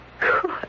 Good